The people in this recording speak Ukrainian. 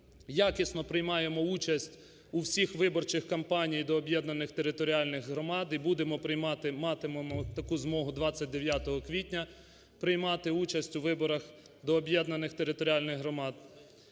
якісно приймаємо участь у всіх виборчих кампаніях до об'єднаних територіальних громад і будемо приймати, матимемо таку змогу 29 квітня приймати участь у виборах до об'єднаних територіальних громад.